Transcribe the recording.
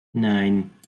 nein